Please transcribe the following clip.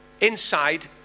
inside